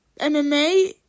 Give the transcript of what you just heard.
MMA